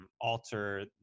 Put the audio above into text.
alter